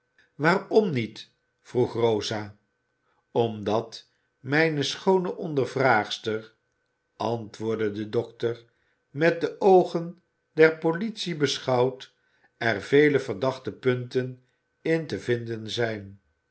waarom niet vroeg rosa omdat mijne schoone ondervraagster antwoordde de dokter met de oogen der politie beschouwd er vele verdachte punten in te vinden zijn